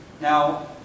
Now